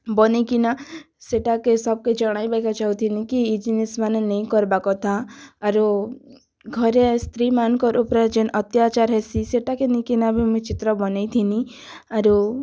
ବନେଇକିନା ସେଟାକେ ସବ୍କେ ଜଣାଇବାକେ ଚାହୁଁଥିଲି କି ଇ ଜିନିଷ୍ମାନେ ନାଇଁ କର୍ବାର୍ କଥା ଆରୁ ଘରେ ସ୍ତ୍ରୀ ମାନଙ୍କର୍ ଉପ୍ରେ ଯେନ୍ ଅତ୍ୟାଚାର୍ ହେସି ସେଟାକେ ନେଇକିନା ବି ମୁଇଁ ଚିତ୍ର ବନେଇଥିଲି ଆରୁ